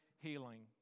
healing